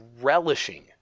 relishing